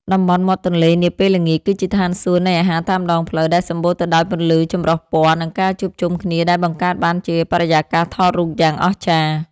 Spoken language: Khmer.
តំបន់មាត់ទន្លេនាពេលល្ងាច គឺជាឋានសួគ៌នៃអាហារតាមដងផ្លូវ ដែលសម្បូរទៅដោយពន្លឺចម្រុះពណ៌ និងការជួបជុំគ្នាដែលបង្កើតបានជាបរិយាកាសថតរូបយ៉ាងអស្ចារ្យ។